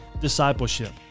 discipleship